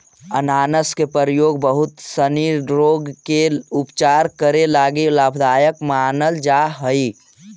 अनानास के प्रयोग बहुत सनी रोग के उपचार करे लगी लाभदायक मानल जा हई